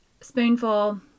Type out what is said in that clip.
spoonful